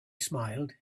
smiled